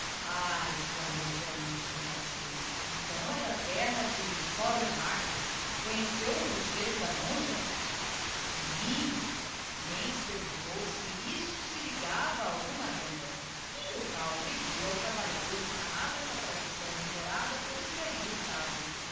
ah exclamou ligeiramente pensativo então é da terra de soror martha conheceu o rochedo da monja sim lentz perguntou si isso se ligava a alguma lenda e milkau pediu ao trabalhador que narrasse essa tradição ignorada pelos que alli estavam